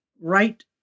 right